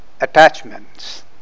attachments